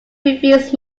refused